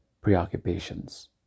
preoccupations